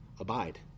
Abide